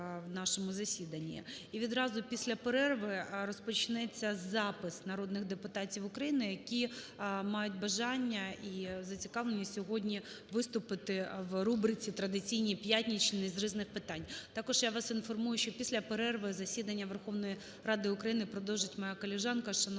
відразу після перерви розпочнеться запис народних депутатів України, які мають бажання і зацікавленість сьогодні виступити у рубриці традиційній п'ятничній з різних питань. Також я вас інформую, що після перерви засідання Верховної Ради України продовжить моя колежанка,